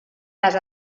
les